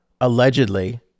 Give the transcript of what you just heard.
allegedly